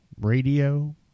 radio